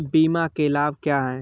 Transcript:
बीमा के लाभ क्या हैं?